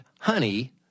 Honey